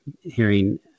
hearing